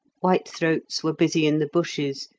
whitethroats were busy in the bushes,